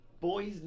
boys